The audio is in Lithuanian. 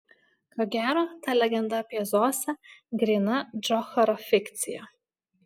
ko gero ta legenda apie zosę gryna džocharo fikcija